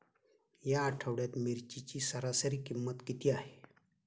या आठवड्यात मिरचीची सरासरी किंमत किती आहे?